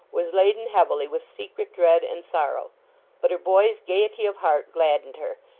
was laden heavily with secret dread and sorrow but her boy's gaiety of heart gladdened her,